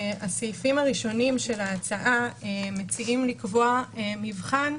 הסעיפים הראשונים של ההצעה מציעים לקבוע מבחן,